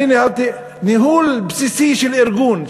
אני ניהלתי ניהול בסיסי של ארגון,